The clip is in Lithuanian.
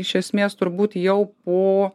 iš esmės turbūt jau po